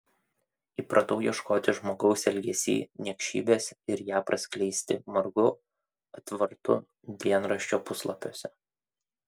įpratau ieškoti žmogaus elgesy niekšybės ir ją praskleisti margu atvartu dienraščio puslapiuose